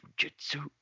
Jujitsu